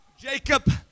Jacob